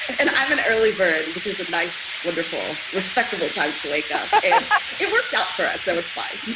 and i'm an early bird, which is a nice, wonderful, respectable time to wake up. and yeah it works out for us, so it's fine,